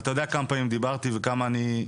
ואתה יודע כמה פעמים דיברתי וכמה אני,